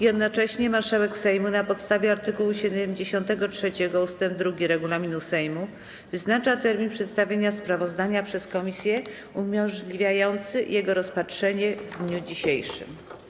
Jednocześnie marszałek Sejmu na podstawie art. 73 ust. 2 regulaminu Sejmu wyznacza termin przedstawienia sprawozdania przez komisję umożliwiający jego rozpatrzenie w dniu dzisiejszym.